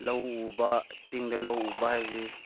ꯂꯧ ꯎꯕ ꯆꯤꯡꯗ ꯂꯧ ꯎꯕ ꯍꯥꯏꯕꯁꯤ